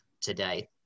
today